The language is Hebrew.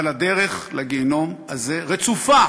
אבל הדרך לגיהינום הזה רצופה